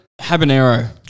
Habanero